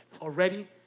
Already